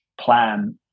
plan